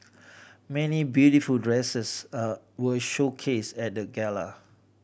many beautiful dresses a were showcased at gala